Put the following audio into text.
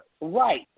Right